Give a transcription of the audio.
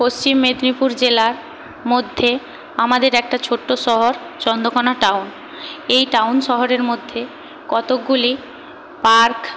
পশ্চিম মেদিনীপুর জেলার মধ্যে আমাদের একটি ছোট্ট শহর চন্দ্রকোনা টাউন এই টাউন শহরের মধ্যে কতকগুলি পার্ক